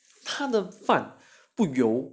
他的饭不油